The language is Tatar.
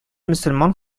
мөселман